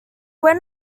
went